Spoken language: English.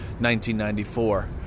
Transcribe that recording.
1994